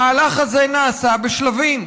המהלך הזה נעשה בשלבים.